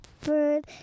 bird